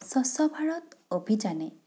স্বচ্ছ ভাৰত অভিযানে